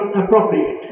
appropriate